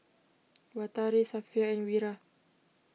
Batari Safiya and Wira